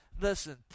Listen